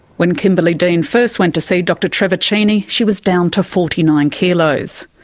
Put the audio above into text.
when kimberley dean first went to see dr trevor cheney, she was down to forty nine kilos.